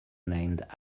named